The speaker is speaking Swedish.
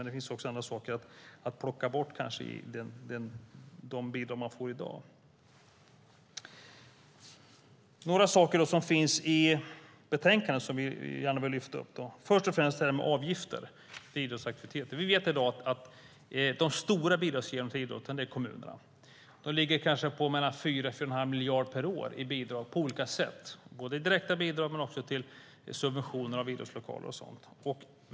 Det finns kanske andra saker att plocka bort i de bidrag som idrotten får i dag. Det finns några saker som finns i betänkandet som jag gärna vill lyfta upp. Det gäller först och främst avgifter för idrottsaktiviteter. Vi vet i dag att de stora bidragsgivarna till idrotten är kommunerna. Det ligger kanske på 4-4 1⁄2 miljard per år i bidrag på olika sätt. Det är direkta bidrag men också subventioner av idrottslokaler och sådant.